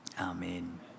Amen